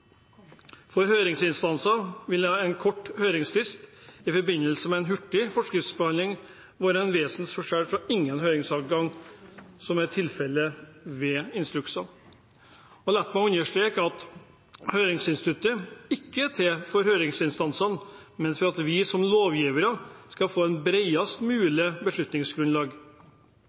en kort høringsfrist i forbindelse med en hurtig forskriftsbehandling være en vesensforskjell fra ingen høringsadgang, som er tilfellet ved instrukser. Og la meg understreke at høringsinstituttet ikke er til for høringsinstansene, men for at vi som lovgivere skal få